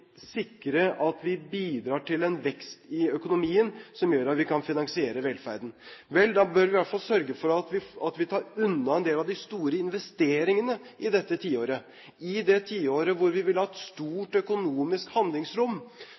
sikre at vi bidrar til en vekst i økonomien som gjør at vi kan finansiere velferden? Vel, da bør vi i hvert fall sørge for at vi tar unna en del av de store investeringene i dette tiåret. I det tiåret hvor vi ville hatt stort økonomisk handlingsrom,